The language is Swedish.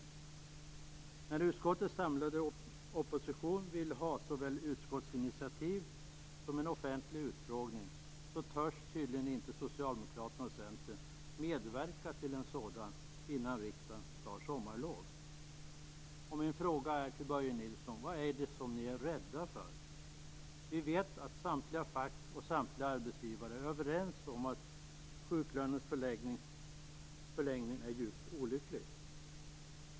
Nu när utskottets samlade opposition vill ha såväl ett utskottsinitiativ som en offentlig utfrågning törs tydligen inte socialdemokraterna och Centern medverka till en sådan innan riksdagen tar sommarlov. Min fråga till Börje Nilsson är: Vad är det ni är rädda för? Vi vet att samtliga fack och samtliga arbetsgivare är överens om att sjuklönens förlängning är djupt olycklig.